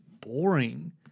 boring